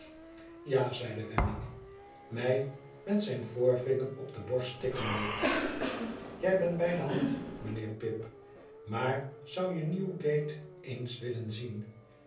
ja zeide wemmick mij met zijn voorvinger op de borst tikkende je bent bij de hand mijnheer pip maar zou je newgate eens willen zien